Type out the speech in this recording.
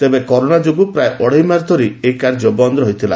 ତେବେ କରୋନା ଯୋଗୁଁ ପ୍ରାୟ ଅଡେଇ ମାସ ଧରି କାର୍ଯ୍ୟ ବନ୍ଦ ରହିଥିଲା